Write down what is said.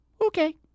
Okay